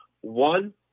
One